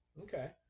Okay